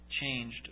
changed